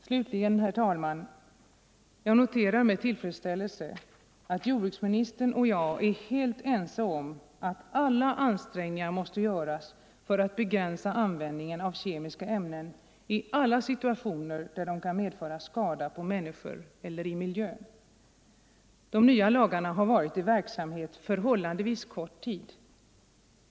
Slutligen, herr talman, noterar jag med tillfredsställelse att jordbruksministern och jag är helt ense om att alla ansträngningar måste göras för att begränsa användningen av kemiska ämnen i alla de situationer där de kan medföra skada på människor eller i miljön. De nya lagarna har varit i tillämpning förhållandevis kort tid.